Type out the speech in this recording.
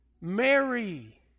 Mary